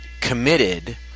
committed